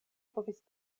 povis